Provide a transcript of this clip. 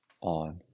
on